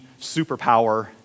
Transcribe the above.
superpower